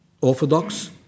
orthodox